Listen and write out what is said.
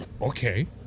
Okay